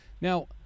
Now